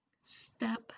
Step